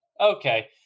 okay